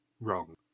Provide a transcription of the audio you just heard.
wrong